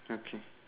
okay